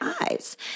eyes